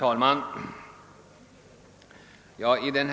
Herr talman!